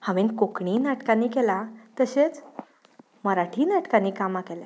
हांवें कोंकणीय नाटकांनी केलां तशेंच मराठी नाटकांनीय कामां केल्यां